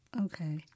Okay